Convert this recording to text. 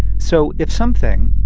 so if something,